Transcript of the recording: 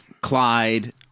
Clyde